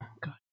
God